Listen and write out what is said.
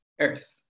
earth